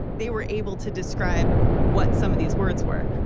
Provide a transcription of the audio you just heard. they were able to describe what some of these words were.